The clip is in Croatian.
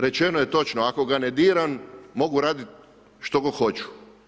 Rečeno je točno, ako ga ne diram mogu raditi što god hoću.